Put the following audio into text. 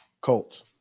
Colts